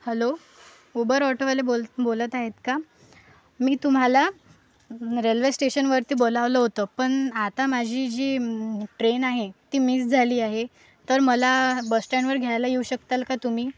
hello Uber ऑटोवाले बोल बोलत आहेत का मी तुम्हाला रेल्वेस्टेशन वर बोलावलं होतं पण आता माझी जी ट्रेन आहे ती मिस झाली आहे तर मला बस स्टॅन्डवर घ्यायला येऊ शकाल का तुम्ही